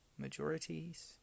majorities